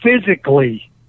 physically –